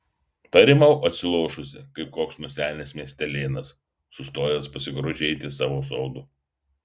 parimau atsilošusi kaip koks nusenęs miestelėnas sustojęs pasigrožėti savo sodu